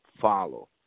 follow